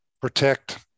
protect